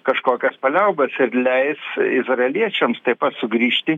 kažkokias paliaubas ir leis izraeliečiams taip pat sugrįžti